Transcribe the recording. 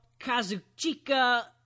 Kazuchika